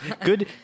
Good